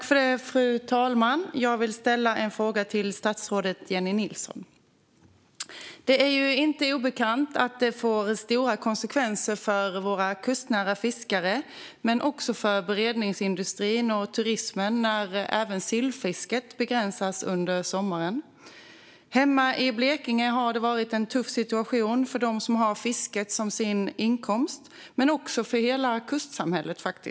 Fru talman! Jag vill ställa en fråga till statsrådet Jennie Nilsson. Det är inte obekant att det får stora konsekvenser för våra kustnära fiskare men också för beredningsindustrin och för turismen när även sillfisket begränsas under sommaren. Hemma i Blekinge har det varit en tuff situation för dem som har fisket som sin inkomst men också för hela kustsamhället.